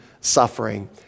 suffering